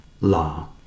La